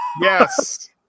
yes